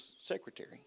Secretary